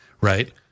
right